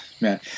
Man